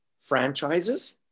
franchises